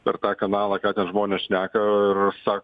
per tą kanalą ką žmonės šneka ir sak